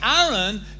Aaron